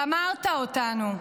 גמרת אותנו.